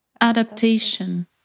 Adaptation